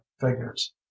figures